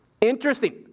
Interesting